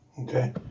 Okay